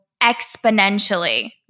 exponentially